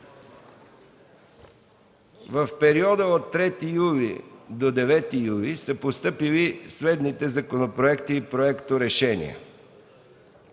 В периода от 3 до 9 юли 2013 г. са постъпили следните законопроекти и проекторешения: